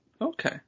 okay